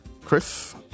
Chris